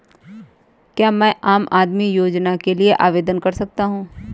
क्या मैं आम आदमी योजना के लिए आवेदन कर सकता हूँ?